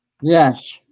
Yes